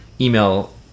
email